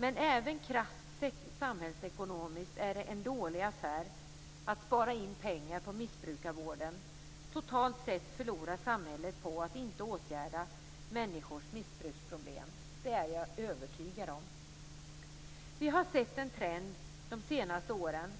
Men även krasst samhällsekonomiskt är det en dålig affär att spara in pengar på missbrukarvården. Totalt sett förlorar samhället på att inte åtgärda människors missbruksproblem. Det är jag övertygad om. Vi har de senaste åren sett en trend som visar